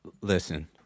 listen